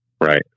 right